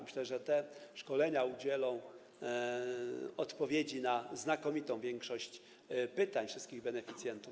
Myślę, że te szkolenia udzielą odpowiedzi na znakomitą większość pytań wszystkich beneficjentów.